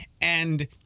And-